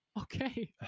okay